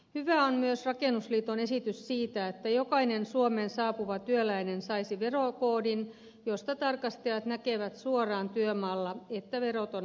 hyvä on myös rakennusliiton esitys siitä että jokainen suomeen saapuva työläinen saisi verokoodin josta tarkastajat näkevät suoraan työmaalla että verot on maksettu